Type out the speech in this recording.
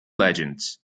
legends